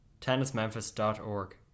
tennismemphis.org